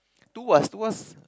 tuas tuas